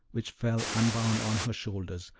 which fell unbound on her shoulders,